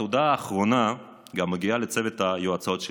התודה האחרונה מגיעה לצוות היועצות שלי,